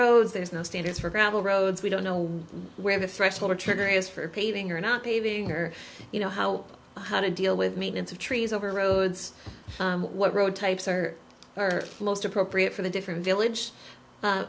roads there's no standards for gravel roads we don't know where the threshold or trigger is for paving or not paving or you know how how to deal with maintenance of trees over roads what road types are most appropriate for the different village